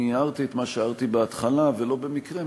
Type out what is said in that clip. אני הערתי את מה שהערתי בהתחלה ולא במקרה,